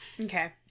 Okay